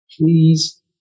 please